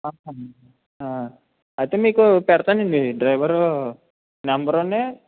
అయితే మీకు పెడతాను అండి డ్రైవరు నెంబరూనీ